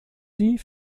die